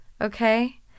okay